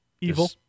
Evil